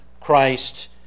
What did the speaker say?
Christ